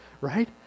right